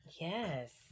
Yes